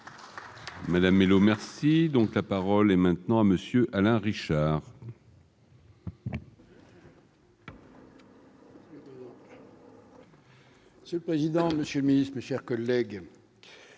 Madame Mellow merci donc la parole est maintenant à monsieur Alain Richard. C'est le président Monsieur Miss, mes chers collègues,